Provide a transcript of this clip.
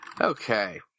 Okay